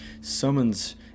summons